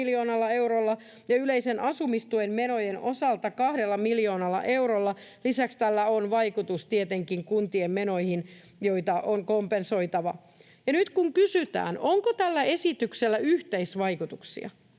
ja yleisen asumistuen menojen osalta 2 miljoonalla eurolla. Lisäksi tällä on vaikutus tietenkin kuntien menoihin, joita on kompensoitava. Nyt kun kysytään, onko tällä esityksellä yhteisvaikutuksia,